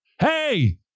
Hey